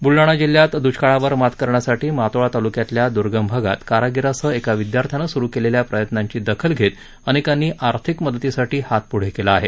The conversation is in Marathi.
बुलडाणा जिल्ह्यात दुष्काळावर मात करण्यासाठी मातोळा तालुक्यातल्या र्द्राम भागात कारागिरासह एका विद्यार्थ्यानं सुरु केलेल्या प्रयत्नाची दखल घेत अनेकांनी आर्थिक मदतीसाठी हात पुढे केला आहे